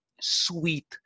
sweet